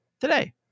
today